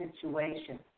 situation